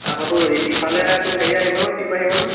আকৌ তোৰ ইফালে তোৰ হেৰি আহিব নহয় টিম আহিব নহয়